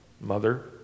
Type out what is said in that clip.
mother